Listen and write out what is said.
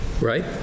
right